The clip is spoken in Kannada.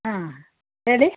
ಹಾಂ ಹೇಳಿ